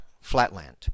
flatland